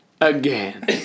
Again